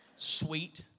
Sweet